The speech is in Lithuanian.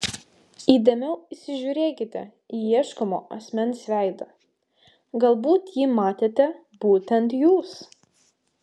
įdėmiau įsižiūrėkite į ieškomo asmens veidą galbūt jį matėte būtent jūs